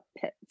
pits